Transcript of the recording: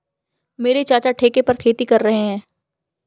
मेरे चाचा ठेके पर खेती कर रहे हैं